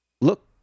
Look